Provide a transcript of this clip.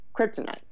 Kryptonite